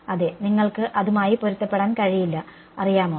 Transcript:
അതെ നിങ്ങൾക്ക് അതുമായി പൊരുത്തപ്പെടുത്താൻ കഴിയില്ല അറിയാമോ